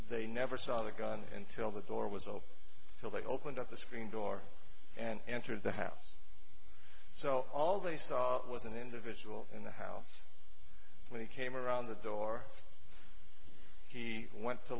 they never saw the gun until the door was open till they opened up the screen door and entered the house so all they thought was an individual in the house when he came around the door he went to